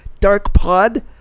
DarkPod